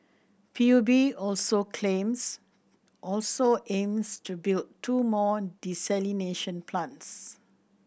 P U B also claims also aims to build two more desalination plants